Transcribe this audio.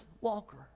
Walker